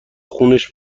خونش